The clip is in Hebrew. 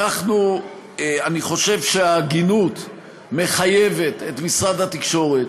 אני חושב שההגינות מחייבת את משרד התקשורת,